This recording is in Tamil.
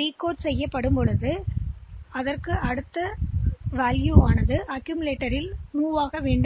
டிகோட் கட்டம் சில உடனடி நகர்த்துவதற்கான வழிமுறைகளைப் புரிந்துகொள்ளும் மதிப்பை அக்கீம் லேட்டர் செலுத்தும்